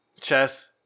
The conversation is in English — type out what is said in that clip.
Chess